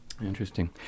Interesting